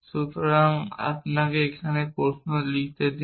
সুতরাং আমাকে এখানে একটি প্রশ্ন লিখতে দিন